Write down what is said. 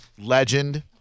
legend